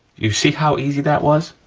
you see how easy that was?